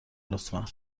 لطفا